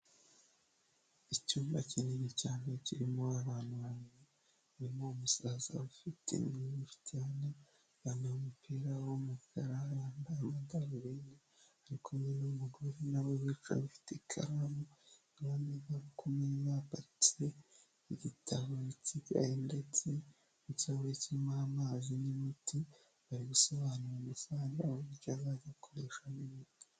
Icyumba kinini cyane kirimo abantu babiri, barimo umusaza ufite imvi nyinshi cyane, yambaye umupira w'umukara, yambaye amadarubindi, ari kumwe n'umugore nabo bicaye bafite ikaramu, iruhande rwabo kumeza harambitse igitabo n'ikaye ndetse n'ikirahurahure kirimo amazi n'imiti, bari gusobanurira umusaza uburyo azajya akoresha ino miti.